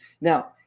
now